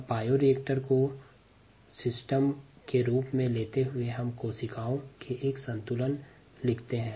अब बायोरिएक्टर को एक तंत्र के रूप में में लेते हुए हम कोशिका के लिए एक संतुलन लिखते हैं